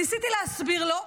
ניסיתי להסביר לו,